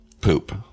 poop